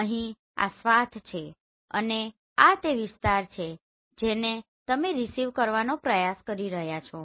અહીં આ સ્વાથ છે અને આ તે વિસ્તાર છે જેને તમે રીસીવ કરવાનો પ્રયાસ કરી રહ્યા છો